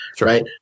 right